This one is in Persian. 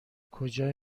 کجا